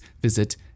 visit